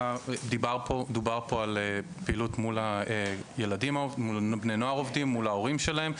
דובר פה על פעילות מול בני נוער עובדים ומול ההורים שלהם.